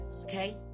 okay